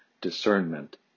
discernment